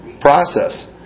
process